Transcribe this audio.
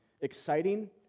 exciting